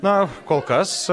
na kol kas